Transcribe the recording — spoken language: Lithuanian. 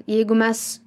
jeigu mes